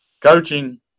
coaching